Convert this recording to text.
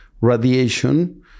radiation